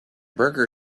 burger